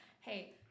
Hey